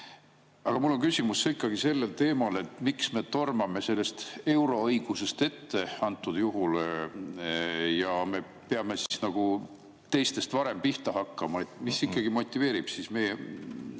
Aga mul on küsimus sellel teemal, miks me tormame sellest euroõigusest ette antud juhul ja peame nagu teistest varem pihta hakkama. Mis ikkagi motiveerib meid